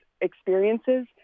experiences